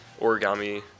origami